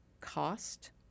cost